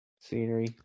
scenery